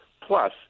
plus